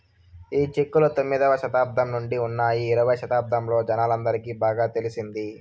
ఈ చెక్కులు తొమ్మిదవ శతాబ్దం నుండే ఉన్నాయి ఇరవై శతాబ్దంలో జనాలందరికి బాగా తెలిసింది